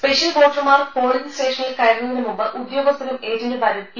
special വോട്ടർമാർ polling സ്റ്റേഷനിൽ കയറുന്നതിന് മുമ്പ് ഉദ്യോഗസ്ഥരും ഏജന്റുമാരും പി